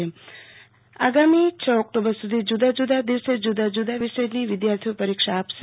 આવતીકાલ થી આગામી છ ઓક્ટોમ્બર સુધી જુદા જુદા દિવસે જુદા જુદા વિષયની વિધાર્થીઓ પરીક્ષા આપશે